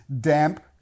damp